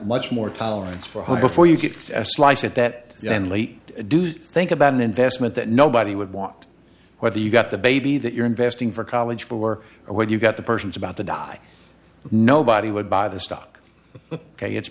much more tolerance for a home before you get a slice at that then late do think about an investment that nobody would want whether you got the baby that you're investing for college for or where you got the person's about the die nobody would buy the stock ok it's